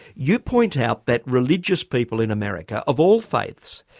you point out that religious people in america, of all faiths,